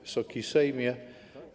Wysoki Sejmie!